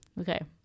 Okay